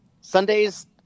sundays